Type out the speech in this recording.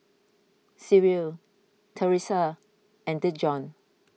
Cyril theresia and Dejon